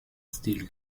stil